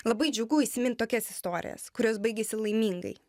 labai džiugu įsimint tokias istorijas kurios baigėsi laimingai